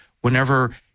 whenever